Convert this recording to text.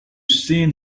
seen